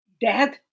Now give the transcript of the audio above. death